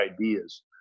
ideas